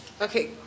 Okay